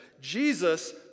Jesus